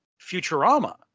futurama